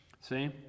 see